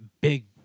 big